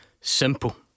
simple